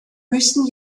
müssen